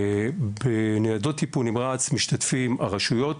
בניידות טיפול נמרץ משתתפים הרשויות,